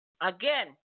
again